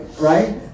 right